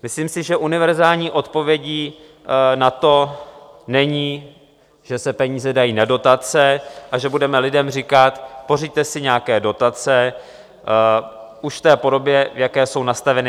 Myslím si, že univerzální odpovědí na to není, že se peníze dají na dotace a že budeme lidem říkat: pořiďte si nějaké dotace už v té podobě, v jaké jsou nastaveny.